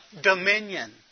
Dominion